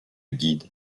guides